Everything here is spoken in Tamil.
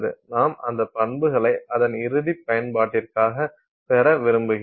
நாம் அந்த பண்புகளை அதன் இறுதிப் பயன்பாட்டிற்காக பெற விரும்புகிறோம்